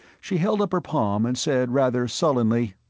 she held up her palm and said rather sullenly,